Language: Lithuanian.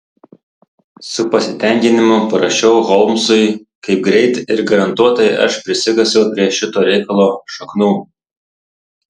su pasitenkinimu parašiau holmsui kaip greit ir garantuotai aš prisikasiau prie šito reikalo šaknų